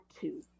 two